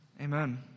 Amen